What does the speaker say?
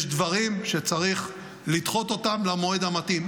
יש דברים שצריך לדחות אותם למועד המתאים.